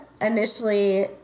initially